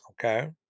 Okay